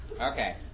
Okay